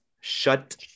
shut